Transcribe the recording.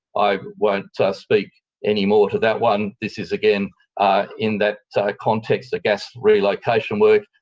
i won't speak anymore to that one. this is again in that context, the gas relocation work,